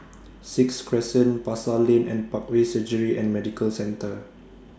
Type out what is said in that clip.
Sixth Crescent Pasar Lane and Parkway Surgery and Medical Centre